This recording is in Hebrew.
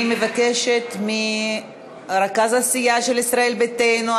אני מבקשת מרכז הסיעה של ישראל ביתנו,